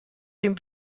dem